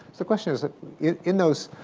the question is in those